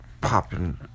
popping